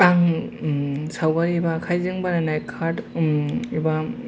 आं सावगारि एबा आखाइजों बानायनाय कार्ड एबा